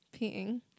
Peeing